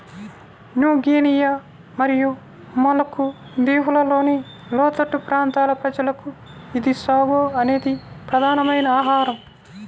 new Guinea మరియు Maluku దీవులలోని లోతట్టు ప్రాంతాల ప్రజలకు ఇది సాగో అనేది ప్రధానమైన ఆహారం